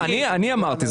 אני אמרתי.